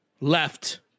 left